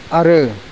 आरो